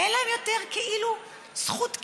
כאילו אין להם יותר זכות קיום.